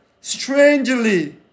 strangely